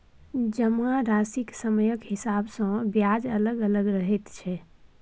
जमाराशिक समयक हिसाब सँ ब्याज अलग अलग रहैत छै